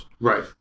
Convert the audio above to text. Right